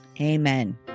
Amen